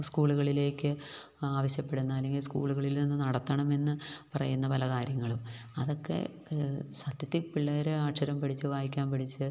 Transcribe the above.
സ്കൂളുകളിലേക്ക് ആവശ്യപ്പെടുന്ന അല്ലെങ്കില് സ്കൂളുകളിൽ നിന്ന് നടത്തണമെന്ന് പറയുന്ന പല കാര്യങ്ങളും അതൊക്കെ സത്യത്തില് പിള്ളേര് അക്ഷരം പഠിച്ച് വായിക്കാൻ പഠിച്ച്